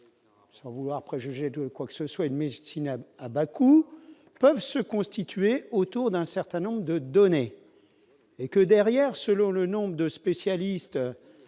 sans vouloir préjuger de quoi que ce soit une Tina à Bakou peuvent se constituer autour d'un certain nombre de données et que derrière, selon le nombre de spécialistes